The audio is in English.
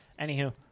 anywho